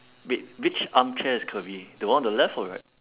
wait which armchair is curvy the one on the left or right